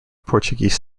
portuguese